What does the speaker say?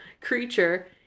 creature